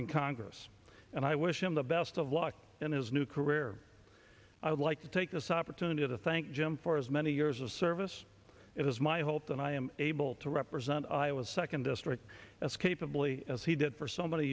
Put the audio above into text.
in congress and i wish him the best of luck in his new career i would like to take this opportunity to thank jim for as many years of service it is my hope that i am able to represent iowa's second district as capably as he did for so many